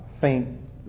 faint